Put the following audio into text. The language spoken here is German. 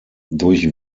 durch